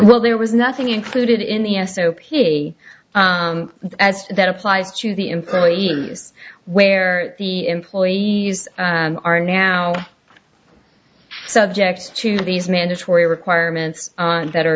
well there was nothing included in the s o pay as that applies to the employees where the employees are now subject to these mandatory requirements that are